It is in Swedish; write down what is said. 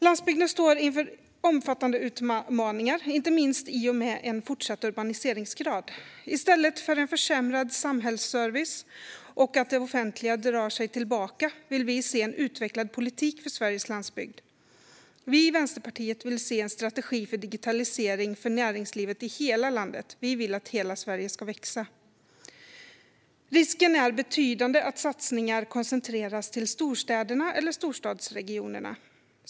Landsbygden står inför omfattande utmaningar, inte minst i och med en ökande urbaniseringsgrad. I stället för en försämrad samhällsservice och att det offentliga drar sig tillbaka vill vi se en utvecklad politik för Sveriges landsbygd. Vi i Vänsterpartiet vill se en strategi för digitalisering för näringslivet i hela landet. Vi vill att hela Sverige ska växa. Risken är betydande att satsningar koncentreras till storstäderna eller storstadsregionerna.